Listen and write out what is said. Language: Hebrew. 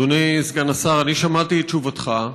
אדוני סגן השר, אני שמעתי את תשובתך,